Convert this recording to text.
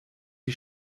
die